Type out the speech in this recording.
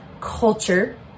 culture